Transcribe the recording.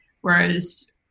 Whereas